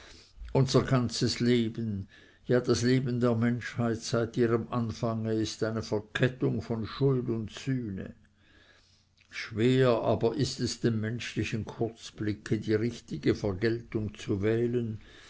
unser ganzes leben ja das leben der menschheit seit ihrem anfange ist eine verkettung von schuld und sühne schwer aber ist es dem menschlichen kurzblicke die richtige vergeltung zu wählen